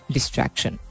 Distraction